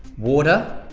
water.